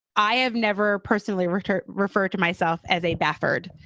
i have never personally written refer to myself as a barford.